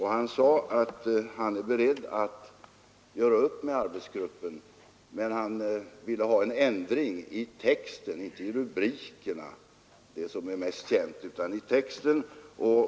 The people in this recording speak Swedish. Han sade att han var beredd att göra upp med arbetsgruppen, men han ville ha en ändring i texten — inte i rubriken, som är mest känd, utan i texten.